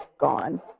gone